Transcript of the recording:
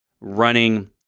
running